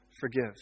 Forgive